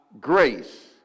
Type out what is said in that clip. grace